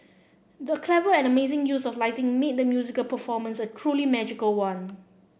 the clever and amazing use of lighting made the musical performance a truly magical one